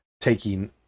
taking